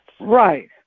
Right